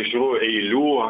šių eilių